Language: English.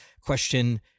question